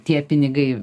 tie pinigai